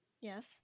yes